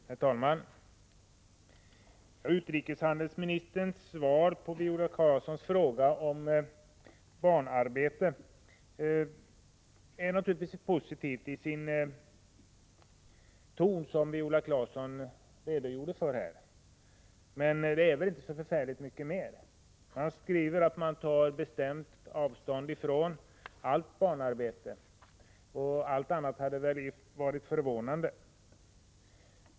Herr talman! Utrikeshandelsministerns svar på Viola Claessons interpellation om barnarbete är naturligtvis positivt i sin ton, vilket Viola Claesson redogjorde för. Men det är väl inte så förfärligt mycket mer. Han skriver att man tar bestämt avstånd ifrån allt barnarbete, och allt annat hade väl varit förvånande.